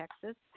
texas